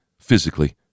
physically